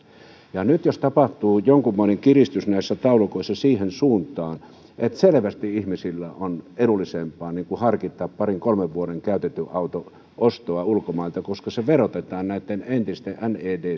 nyt jos tapahtuu jonkunmoinen kiristys näissä taulukoissa siihen suuntaan että selvästi ihmisille on edullisempaa harkita pari kolme vuotta vanhan käytetyn auton ostoa ulkomailta koska se verotetaan näitten entisten nedc